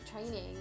training